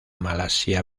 malasia